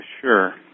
Sure